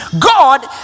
God